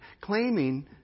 claiming